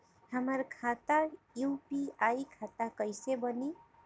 हमार खाता यू.पी.आई खाता कइसे बनी?